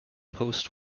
post